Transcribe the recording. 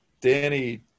Danny